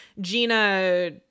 Gina